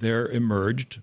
there emerged